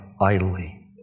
idly